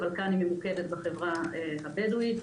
אבל כאן היא ממוקדת בחברה הבדואית.